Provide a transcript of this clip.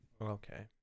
Okay